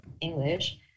english